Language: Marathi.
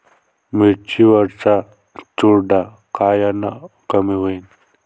मिरची वरचा चुरडा कायनं कमी होईन?